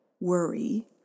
worry